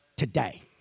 Today